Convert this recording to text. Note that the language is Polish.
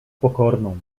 pokorną